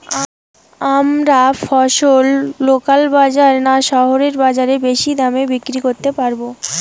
আমরা ফসল লোকাল বাজার না শহরের বাজারে বেশি দামে বিক্রি করতে পারবো?